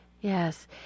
Yes